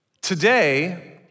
today